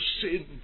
sin